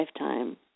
lifetime